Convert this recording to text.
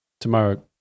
tomorrow